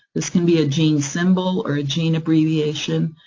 this can be a gene symbol or a gene abbreviation,